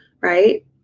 right